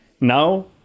now